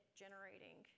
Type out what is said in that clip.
generating